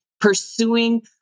pursuing